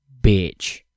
bitch